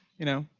you know,